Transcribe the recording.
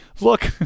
look